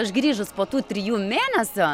aš grįžus po tų trijų mėnesio